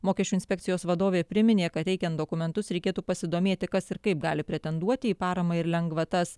mokesčių inspekcijos vadovė priminė kad teikiant dokumentus reikėtų pasidomėti kas ir kaip gali pretenduoti į paramą ir lengvatas